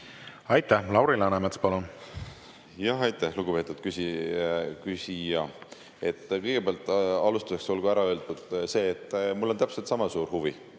Aitäh! Lauri Läänemets, palun! Aitäh, lugupeetud küsija! Kõigepealt olgu alustuseks ära öeldud see, et mul on täpselt sama suur huvi